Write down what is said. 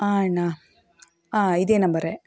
ಹಾಂ ಅಣ್ಣ ಹಾಂ ಇದೇ ನಂಬರೆ